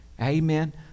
Amen